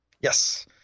Yes